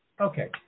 Okay